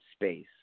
space